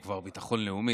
הוא כבר ביטחון לאומי.